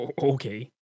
okay